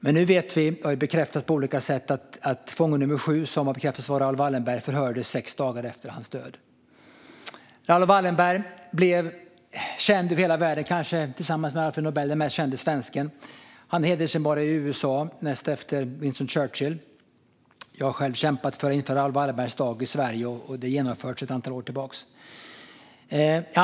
Men nu vet vi, och det har bekräftats på olika sätt, att fånge nummer 7, som bekräftats ha varit Raoul Wallenberg, förhördes sex dagar efter sin död. Raoul Wallenberg blev känd över hela världen och är kanske tillsammans med Alfred Nobel den mest kände svensken. Han blev hedersmedborgare i USA näst efter Winston Churchill. Jag har själv kämpat för införandet av Raoul Wallenbergs dag i Sverige, och den genomförs sedan ett antal år tillbaka.